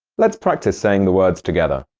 let's practice saying the words together.